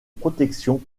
protection